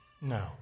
No